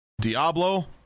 Diablo